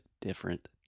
different